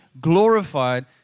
glorified